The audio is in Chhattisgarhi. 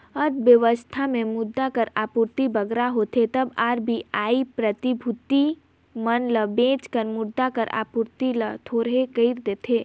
अर्थबेवस्था में मुद्रा कर आपूरति बगरा होथे तब आर.बी.आई प्रतिभूति मन ल बेंच कर मुद्रा कर आपूरति ल थोरहें कइर देथे